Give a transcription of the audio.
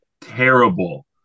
terrible